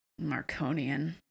Marconian